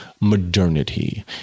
modernity